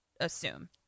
Assume